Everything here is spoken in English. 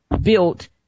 built